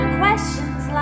questions